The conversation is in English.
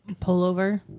pullover